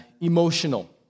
emotional